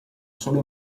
sola